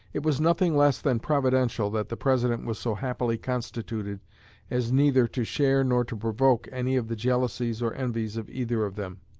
it was nothing less than providential that the president was so happily constituted as neither to share nor to provoke any of the jealousies or envies of either of them,